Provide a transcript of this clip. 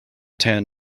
tan